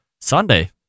Sunday